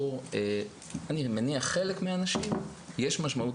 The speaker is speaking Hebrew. ואני מניח שעבור חלק מהנשים יש משמעות